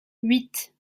huit